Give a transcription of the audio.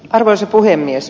arvoisa puhemies